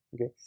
Okay